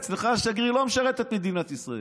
אצלך השגריר לא משרת את מדינת ישראל.